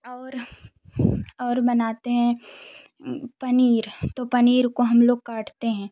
और और बनाते हैं पनीर तो पनीर को हम लोग काटते हैं